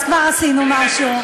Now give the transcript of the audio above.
אז כבר עשינו משהו.